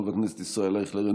חבר הכנסת ישראל אייכלר,